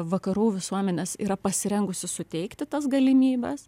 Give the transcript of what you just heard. vakarų visuomenes yra pasirengusi suteikti tas galimybes